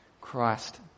Christ